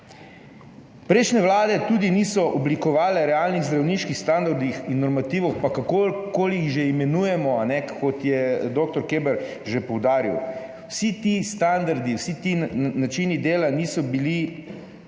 Prejšnje vlade tudi niso oblikovale realnih zdravniških standardov in normativov, pa kakorkoli jih že imenujemo, kot je dr. Keber že poudaril. Vsi ti standardi, vsi ti načini dela niso bili